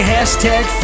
Hashtag